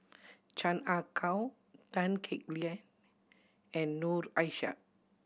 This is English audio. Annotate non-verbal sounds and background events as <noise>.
Chan Ah Kow Tan Kek <unintelligible> and Noor Aishah